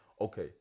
okay